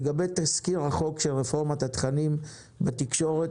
לגבי תזכיר החוק של רפורמת התכנים בתקשורת,